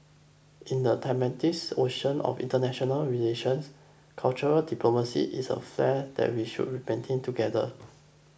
in the tumultuous ocean of international relations cultural diplomacy is a flare that we should read maintain together